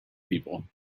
people